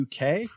uk